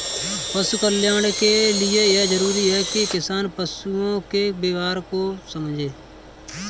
पशु कल्याण के लिए यह जरूरी है कि किसान पशुओं के व्यवहार को समझे